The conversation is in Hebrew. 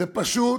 זה פשוט